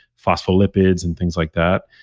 phospholipids and things like that.